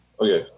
Okay